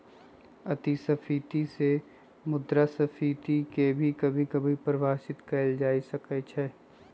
अतिस्फीती से मुद्रास्फीती के भी कभी कभी परिभाषित कइल जा सकई छ